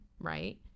right